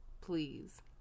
please